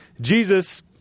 Jesus